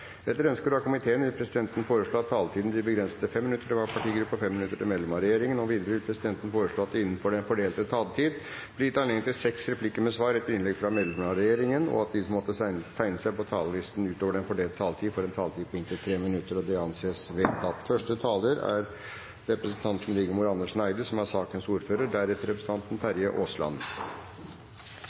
Etter ønske fra energi- og miljøkomiteen vil presidenten foreslå at taletiden blir begrenset til 5 minutter til hver partigruppe og 5 minutter til medlem av regjeringen. Videre vil presidenten foreslå at det – innenfor den fordelte taletid – blir gitt anledning til seks replikker med svar etter innlegg fra medlemmer av regjeringen, og at de som måtte tegne seg på talerlisten utover den fordelte taletid, får en taletid på inntil 3 minutter. – Det anses vedtatt. Først vil jeg takke komiteen for godt samarbeid i en viktig sak. Det er svært positivt at det er en samlet komité som